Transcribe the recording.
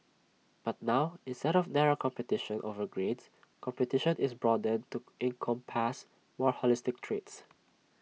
but now instead of narrow competition over grades competition is broadened to encompass more holistic traits